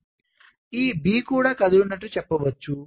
కాబట్టి ఈ B కూడా కదులుతున్నట్లు చెప్పచ్చు